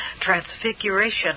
Transfiguration